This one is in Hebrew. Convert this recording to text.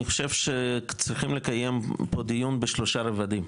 אני חושב שצריכים לקיים פה דיון בשלושה רבדים.